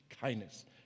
kindness